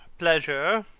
pleasure!